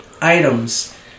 items